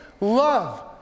love